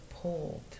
pulled